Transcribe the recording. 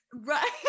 right